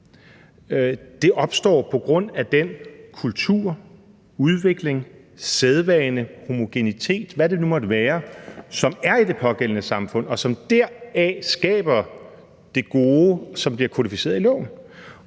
det opstår på grund af den kultur, udvikling, sædvane, homogenitet, eller hvad det nu måtte være, som er i det pågældende samfund, og som deraf skaber det gode, som bliver kodificeret i loven.